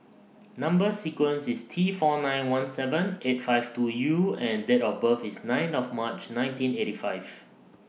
Number sequence IS T four nine one seven eight five two U and Date of birth IS nine of March nineteen eighty five